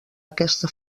aquesta